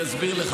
תספר לנו למה.